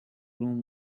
room